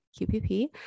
QPP